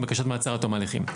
בקשת מעצר עד תום ההליכים.